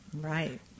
Right